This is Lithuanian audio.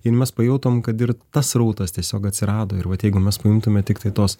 ir mes pajutom kad ir tas srautas tiesiog atsirado ir vat jeigu mes paimtume tiktai tos